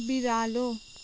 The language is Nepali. बिरालो